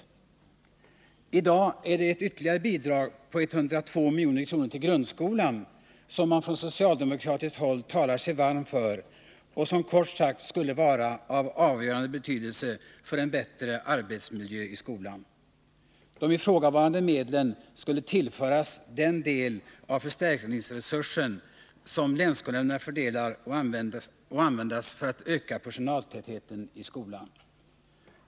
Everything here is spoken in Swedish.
I dag talar man från socialdemokratiskt håll sig varm för ytterligare ett bidrag på 102 milj.kr. till grundskolan, vilket kort sagt skulle vara av avgörande betydelse för en bättre arbetsmiljö i skolan. De ifrågavarande medlen skulle tillföras den del av förstärkningsresursen som länsskolnämnden fördelar och användas för att öka personaltätheten i skolan.